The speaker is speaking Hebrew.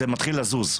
זה מתחיל לזוז,